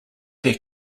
their